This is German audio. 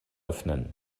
öffnen